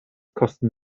kosten